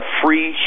free